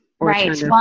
right